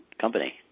company